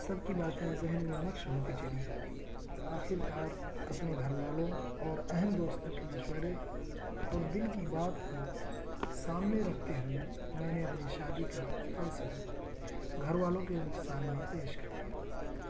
سب کی باتیں ذہن میں نقش ہوتی چلی گئیں آخر کار اپنے گھر والوں اور اہم دوستوں کے مشورے اور دل کی بات کو سامنے رکھتے ہوئے میں نے اپنی شادی کا فیصلہ گھر والوں کے سامنے پیش کر دیا